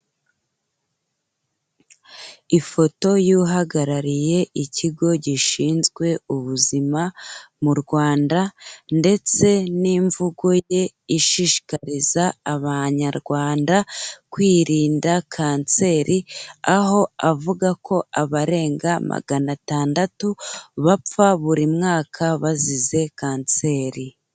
Ifoto y'uhagarariye ikigo gishinzwe ubuzima mu Rwanda ndetse n'imvugo ye ishishikariza Abanyarwanda kwirinda kanseri, aho avuga ko abarenga magana atandatu bapfa buri mwaka bazize kanseri.